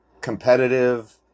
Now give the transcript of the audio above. competitive